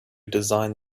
design